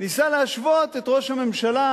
הוא ניסה להשוות את ראש הממשלה